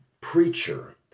preacher